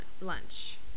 lunch